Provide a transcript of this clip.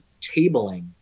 tabling